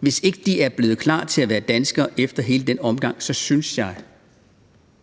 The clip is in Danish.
hvis ikke de er blevet klar til at være danskere efter hele den omgang, synes jeg,